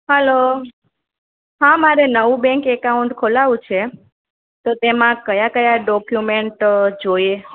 hello હા મારે નવું બેંક એકાઉન્ટ ખોલાવવું છે તો તેમાં કયા કયા ડોક્યુમેન્ટ અ જોઈએ